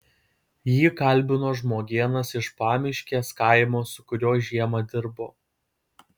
jį kalbino žmogėnas iš pamiškės kaimo su kuriuo žiemą dirbo